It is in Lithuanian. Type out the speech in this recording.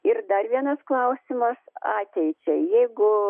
ir dar vienas klausimas ateičiai jeigu